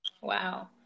wow